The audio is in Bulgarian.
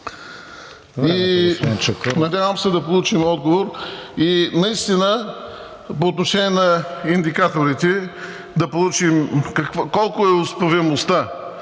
Надявам се да получим отговор. И наистина по отношение на индикаторите да получим: колко е успеваемостта?